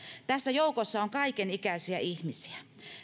tässä joukossa on kaikenikäisiä ihmisiä